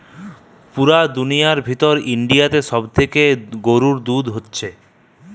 পুরা দুনিয়ার ভিতর ইন্ডিয়াতে সব থেকে গরুর দুধ হতিছে